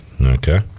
Okay